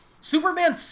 Superman